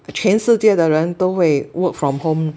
全世界的人都会 work from home